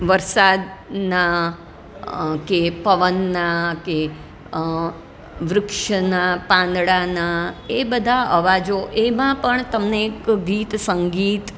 વરસાદના કે પવનના કે ગીત વૃક્ષના પાંદડાના એ બધાં અવાજો એવા પણ તમને ગીત સંગીત